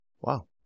Wow